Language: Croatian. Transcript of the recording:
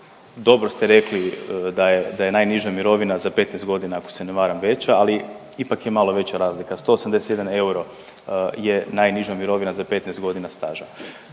dobro ste rekli da je najniža mirovina za 15 godina ako se ne varam veća, ali ipak je malo veća razlika. 181 euro je najniža mirovina za 15 godina staža.